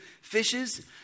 fishes